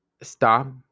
stop